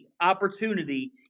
opportunity